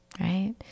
right